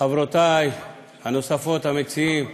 חברותי הנוספות, המציעות: